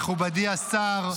מכובדי השר,